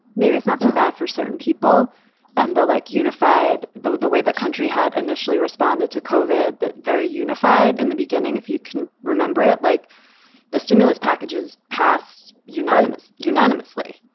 maybe it's not so bad for certain people and the like unified, though, the way the country had initially responded to kov in that very unified in the beginning, if you can remember it, like the stimulus packages passed unanimous unanimously,